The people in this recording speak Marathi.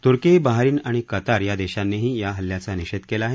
तुर्की बहारिन आणि कतार या देशानींही या हल्ल्याचा निषेध केला आहे